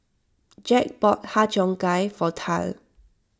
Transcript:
Jack bought Har Cheong Gai for Tal